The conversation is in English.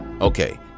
okay